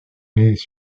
mais